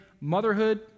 motherhood